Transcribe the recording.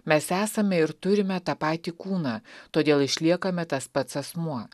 mes esame ir turime tą patį kūną todėl išliekame tas pats asmuo